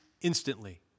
Instantly